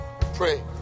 Pray